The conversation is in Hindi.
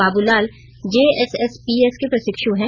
बाबूलाल जेएसएसपीएस के प्रशिक्षु हैं